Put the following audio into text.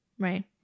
Right